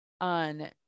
on